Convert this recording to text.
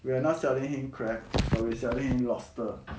we are not selling him crab but we selling him lobster